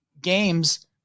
games